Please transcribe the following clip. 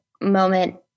moment